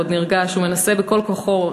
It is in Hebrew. הוא מנסה בכל כוחו,